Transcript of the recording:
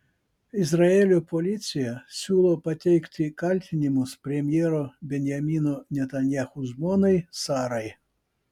izraelio policija siūlo pateikti kaltinimus premjero benjamino netanyahu žmonai sarai